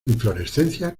inflorescencia